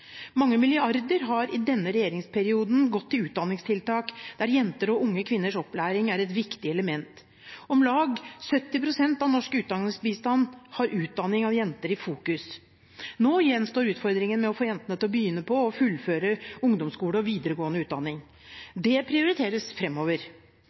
Mange milliarder har i denne regjeringsperioden gått til utdanningstiltak der jenters og unge kvinners opplæring er et viktig element. Om lag 70 pst. av norsk utdanningsbistand har utdanning av jenter i fokus. Nå gjenstår utfordringen med å få jentene til å begynne på og fullføre ungdomsskole og videregående